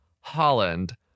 Holland